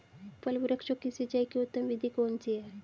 फल वृक्षों की सिंचाई की उत्तम विधि कौन सी है?